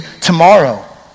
tomorrow